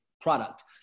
product